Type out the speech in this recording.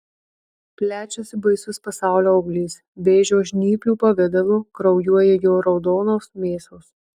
plečiasi baisus pasaulio auglys vėžio žnyplių pavidalu kraujuoja jo raudonos mėsos